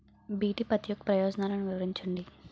BT పత్తి యొక్క ప్రయోజనాలను వివరించండి?